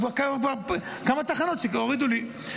כבר כמה תחנות הורידו לי.